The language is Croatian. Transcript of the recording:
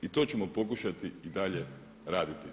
I to ćemo pokušati i dalje raditi.